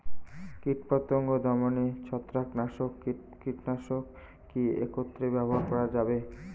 কীটপতঙ্গ দমনে ছত্রাকনাশক ও কীটনাশক কী একত্রে ব্যবহার করা যাবে?